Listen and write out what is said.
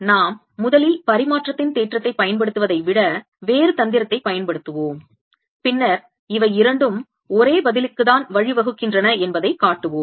நாம் முதலில் பரிமாற்றத்தின் தேற்றத்தைப் பயன்படுத்துவதை விட வேறு தந்திரத்தைப் பயன்படுத்துவோம் பின்னர் இவையிரண்டும் ஒரே பதிலுக்கு தான் வழிவகுக்கின்றன என்பதைக் காட்டுவோம்